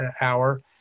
hour